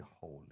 holy